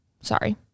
Sorry